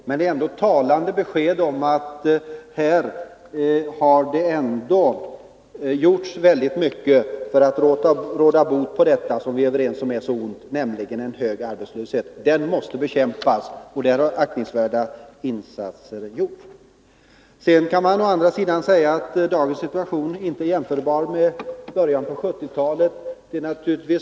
Det är ändå talande besked om att här har gjorts mycket för att råda bot på detta som vi är överens är så ont, nämligen hög arbetslöshet. Den måste bekämpas, och därvid har aktningsvärda insatser gjorts. Sedan kan man naturligtvis säga att dagens situation inte är jämförbar med början av 1970-talets.